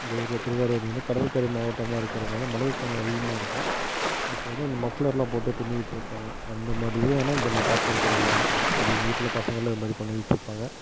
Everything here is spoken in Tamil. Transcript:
இந்த ஏரியா திருவாரூர் வந்து கடற்கரை மாவட்டமா இருக்கிறதுனால மழை கொஞ்சம் அதிகமாக இருக்கும் அப்போ வந்து இந்த மப்ளர்லாம் போட்டுப் பின்னிக்கிட்டு இருப்பாங்கள் அந்தமாதிரி இதுவேணால் இங்கே பார்த்திருக்கிறேன் நானு அது எங்கள் வீட்டில் பசங்கலாம் இதுமாதிரி பண்ணிக்கிட்டு இருப்பாங்கள்